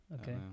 Okay